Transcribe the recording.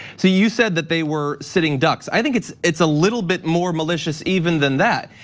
so you said that they were sitting ducks, i think it's it's a little bit more malicious even than that.